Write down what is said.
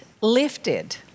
lifted